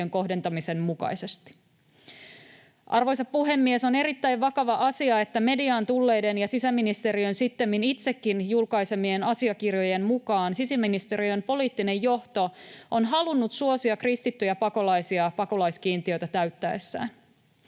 kohdentamisen mukaisesti. Arvoisa puhemies! On erittäin vakava asia, että mediaan tulleiden ja sisäministeriön sittemmin itsekin julkaisemien asiakirjojen mukaan sisäministeriön poliittinen johto on halunnut suosia kristittyjä pakolaisia pakolaiskiintiötä täyttäessään.